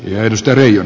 lähetystöihin